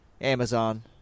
Amazon